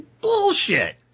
Bullshit